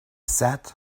sat